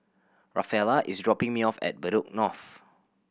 Rafaela is dropping me off at Bedok North